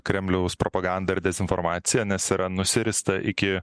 kremliaus propagandą ir dezinformaciją nes yra nusirista iki